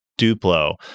Duplo